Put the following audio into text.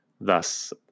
thus